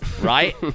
right